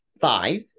Five